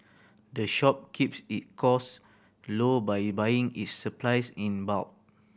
the shop keeps it costs low by buying its supplies in bulk